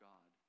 God